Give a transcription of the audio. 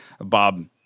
Bob